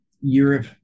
Europe